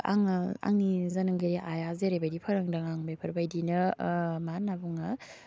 आङो आंनि जोनोमगिरि आइआ जेरै बायदि फोरोंदों आं बेफोरबायदिनो मा होन्ना बुङो